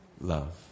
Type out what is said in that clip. love